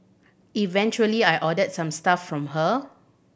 eventually I ordered some stuff from her